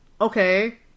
okay